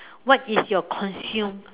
what is your consume